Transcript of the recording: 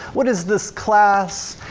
what is this class?